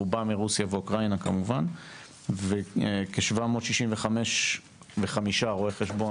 רובם מרוסיה ואוקראינה כמובן וכ-765 רואי חשבון